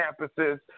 campuses